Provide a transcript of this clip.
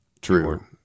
True